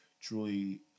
Truly